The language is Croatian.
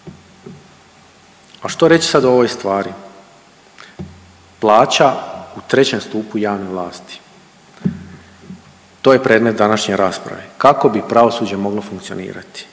A što reći sad o ovoj stvari? Plaća u trećem stupu javne vlasti, to je predmet današnje rasprave kako bi pravosuđe moglo funkcionirati.